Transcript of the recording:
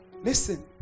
Listen